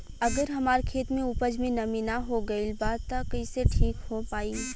अगर हमार खेत में उपज में नमी न हो गइल बा त कइसे ठीक हो पाई?